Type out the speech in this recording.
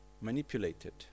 manipulated